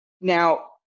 Now